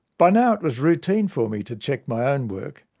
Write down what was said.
by now it was routine for me to check my own work.